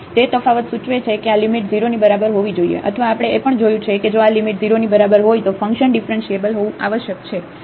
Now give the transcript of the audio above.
તે તફાવત સૂચવે છે કે આ લિમિટ 0 ની બરાબર હોવી જોઈએ અથવા આપણે એ પણ જોયું છે કે જો આ લિમિટ 0 ની બરાબર હોય તો ફંકશન ડીફરન્શીએબલ હોવું આવશ્યક છે